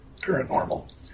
paranormal